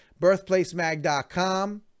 birthplacemag.com